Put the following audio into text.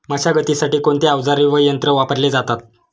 मशागतीसाठी कोणते अवजारे व यंत्र वापरले जातात?